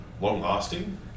long-lasting